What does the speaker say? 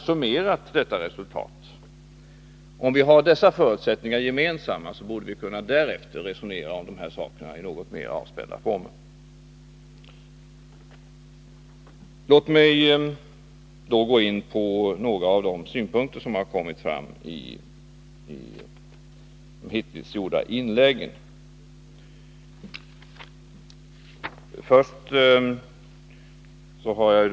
Om vi gemensamt har dessa förutsättningar, borde vi kunna resonera om dessa frågor i något mer avspända former. Låt mig gå in på några av de synpunkter som har kommit fram i de hittills gjorda inläggen.